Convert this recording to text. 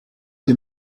des